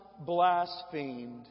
blasphemed